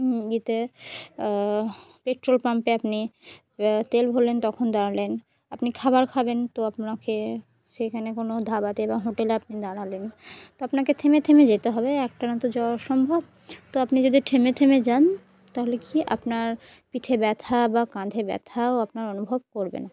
ইতে পেট্রোল পাম্পে আপনি তেল ভরলেন তখন দাঁড়ালেন আপনি খাবার খাবেন তো আপনাকে সেইখানে কোনো ধাবাতে বা হোটেলে আপনি দাঁড়ালেন তো আপনাকে থেমে থেমে যেতে হবে একটা না তো যাওয়া সম্ভব তো আপনি যদি থেমে থেমে যান তাহলে কি আপনার পিঠে ব্যথা বা কাঁধে ব্যথাও আপনার অনুভব করবে না